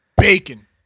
bacon